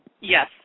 Yes